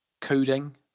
coding